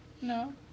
No